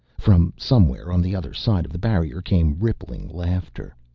from somewhere on the other side of the barrier came rippling laughter.